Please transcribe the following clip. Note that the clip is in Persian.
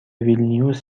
ویلنیوس